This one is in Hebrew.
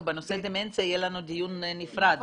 בנושא דמנציה יהיה לנו דיון נפרד,